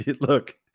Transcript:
Look